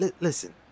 Listen